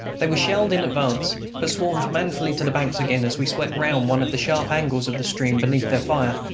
they were shelled in advance, but swarmed manfully to the banks again as we swept round one of the sharp angles of the stream beneath their fire.